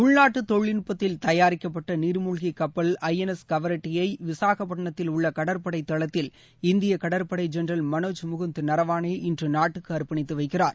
உள்நாட்டுத் தொழில்நுட்பத்தில் தயாரிக்கப்பட்ட நீர்மூழ்கி கப்பல் ஐ என் எஸ் கவரெட்டியை விசாகப்பட்டினத்தில் உள்ள கடற்படை தளத்தில் இந்திய கடற்படை ஜெனரல் மனோஜ் முகுந்த் நராவனே இன்று நாட்டுக்கு அர்ப்பணித்து வைக்கிறார்